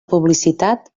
publicitat